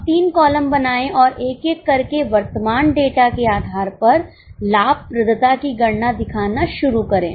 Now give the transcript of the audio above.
अब तीन कॉलम बनाएं और एक एक करके वर्तमान डेटा के आधार पर लाभप्रदता की गणना दिखाना शुरू करें